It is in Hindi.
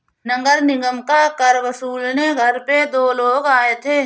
नगर निगम का कर वसूलने घर पे दो लोग आए थे